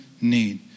need